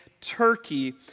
Turkey